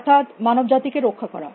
অর্থাৎ মানব জাতিকে রক্ষা করা